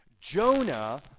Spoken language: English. Jonah